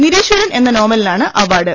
നിരീശ്വരൻ എന്ന നോവലിനാണ് അവാർഡ്